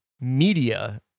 media